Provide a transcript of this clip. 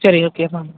சரி ஓகேம்மா